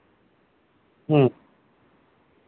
ᱦᱮᱸ